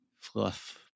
fluff